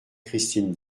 christine